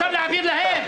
אפשר להעביר להם.